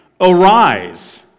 Arise